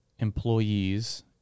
employees